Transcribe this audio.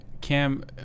Cam